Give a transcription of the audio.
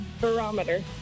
barometer